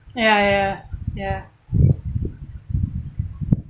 ya ya ya